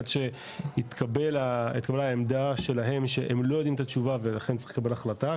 עד שהתקבלה העמדה שלהם שהם לא יודעים את התשובה ולכן צריכים החלטה,